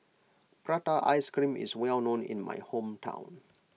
Prata Ice Cream is well known in my hometown